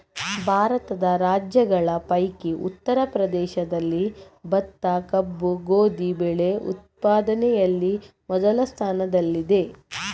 ಭಾರತದ ರಾಜ್ಯಗಳ ಪೈಕಿ ಉತ್ತರ ಪ್ರದೇಶದಲ್ಲಿ ಭತ್ತ, ಕಬ್ಬು, ಗೋಧಿ ಬೆಳೆ ಉತ್ಪಾದನೆಯಲ್ಲಿ ಮೊದಲ ಸ್ಥಾನದಲ್ಲಿದೆ